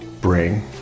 bring